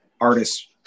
artists